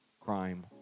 Crime